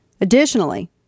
additionally